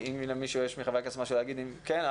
אם יש למישהו משהו להגיד, אז כן.